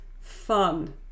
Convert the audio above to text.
fun